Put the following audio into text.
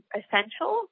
essential